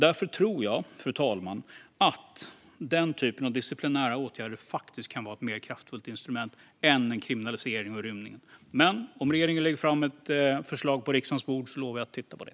Jag tror därför, fru talman, att den typen av disciplinära åtgärder kan vara ett mer kraftfullt instrument än en kriminalisering av rymning. Men om regeringen lägger ett förslag på riksdagens bord lovar jag att titta på det.